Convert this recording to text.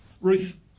Ruth